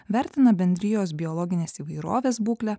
vertina bendrijos biologinės įvairovės būklę